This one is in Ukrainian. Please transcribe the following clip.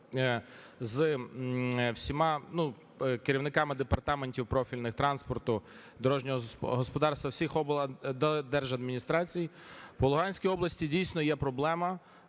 керівниками департаментів профільних: транспорту, дорожнього господарства, всіх облдержадміністрацій. По Луганській області, дійсно, є проблема.